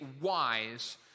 wise